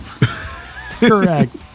Correct